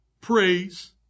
praise